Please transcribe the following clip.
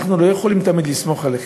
אנחנו לא יכולים תמיד לסמוך עליכם.